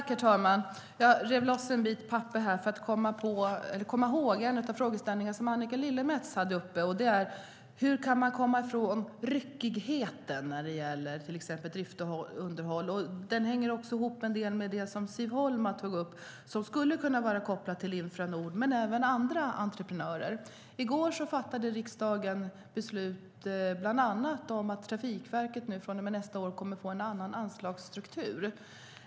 Herr talman! Jag rev loss en bit papper här där jag skrivit ned en av frågorna som Annika Lillemets ställde, nämligen hur det går att komma ifrån ryckigheten i drift och underhåll. Frågan hänger ihop med vad Siv Holma tog upp som kan vara kopplat till Infranord och även andra entreprenörer. I går fattade riksdagen beslut om att Trafikverket från och med nästa år kommer att få en annan anslagsstruktur.